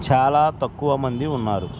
చాలా తక్కువ మంది ఉన్నారు